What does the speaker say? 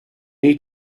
need